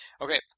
Okay